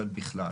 אבל בכלל.